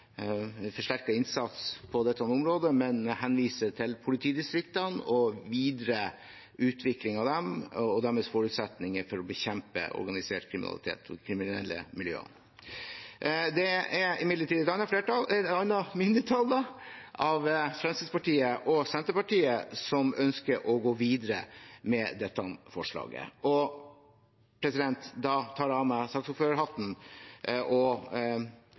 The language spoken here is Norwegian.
en uenighet her mellom de ulike partiene. Flertallet i komiteen, dvs. Arbeiderpartiet, Høyre og Sosialistisk Venstreparti, peker på at man ønsker forsterket innsats på dette området, men henviser til politidistriktene og videre utvikling av dem og deres forutsetninger for å bekjempe organisert kriminalitet og de kriminelle miljøene. Det er imidlertid et mindretall, Fremskrittspartiet og Senterpartiet, som ønsker å gå videre med dette forslaget, og da tar jeg av meg